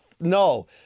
No